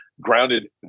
grounded